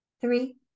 Three